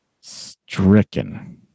stricken